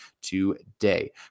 today